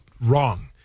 wrong